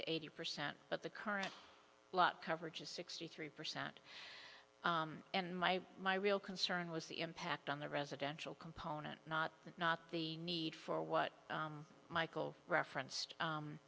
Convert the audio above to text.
to eighty percent but the current lot coverage is sixty three percent and my my real concern was the impact on the residential component not the not the need for what michael referenced